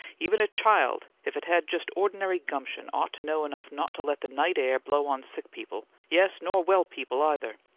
even a child, if it had just ordinary gumption, ought to know enough not to let the night air blow on sick people yes, nor well people, either!